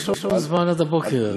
יש לנו זמן, אבל, עד הבוקר.